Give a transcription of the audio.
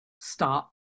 stop